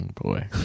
boy